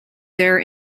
there